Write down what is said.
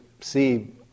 see